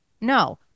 No